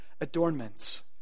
adornments